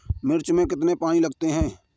मिर्च में कितने पानी लगते हैं?